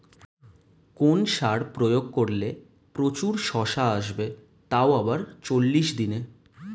কোন সার প্রয়োগ করলে প্রচুর শশা আসবে তাও আবার চল্লিশ দিনে?